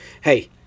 hey